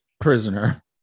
prisoner